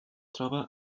troba